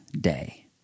day